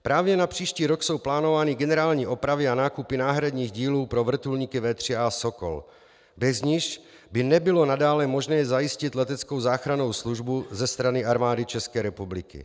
Právě na příští rok jsou plánovány generální opravy a nákupy náhradních dílů pro vrtulníky V3A Sokol, bez nichž by nebylo nadále možné zajistit leteckou záchrannou službu ze strany Armády České republiky.